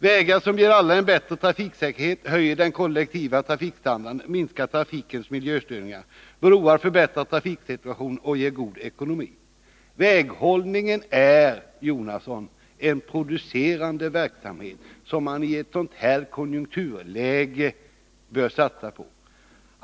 Vägar som ger alla en bättre trafiksäkerhet höjer den kollektiva trafikstandarden och minskar trafikens miljöstörningar. Broar förbättrar trafiksituationen och ger god ekonomi. Väghållningen är, Bertil Jonasson, en producerande verksamhet som man iettsådant här konjunkturläge bör satsa på.